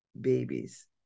babies